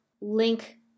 link